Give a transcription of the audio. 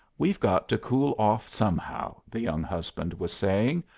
we've got to cool off somehow, the young husband was saying,